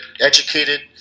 educated